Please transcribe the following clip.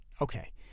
Okay